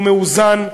ומאוזן,